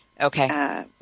Okay